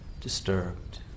disturbed